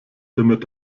damit